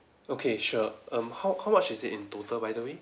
okay sure um how how much is it in total by the way